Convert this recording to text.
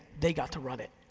they got to run it.